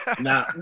Nah